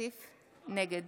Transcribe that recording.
נגד